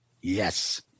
Yes